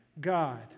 God